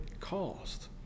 cost